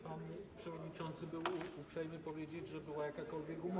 Pan przewodniczący był uprzejmy powiedzieć, że była jakakolwiek umowa.